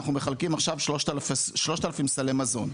אנחנו מחלקים עכשיו 3,000 סלי מזון,